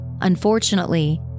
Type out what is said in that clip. Unfortunately